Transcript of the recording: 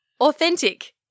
authentic